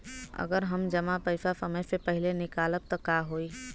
अगर हम जमा पैसा समय से पहिले निकालब त का होई?